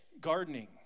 gardening